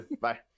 Bye